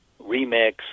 remix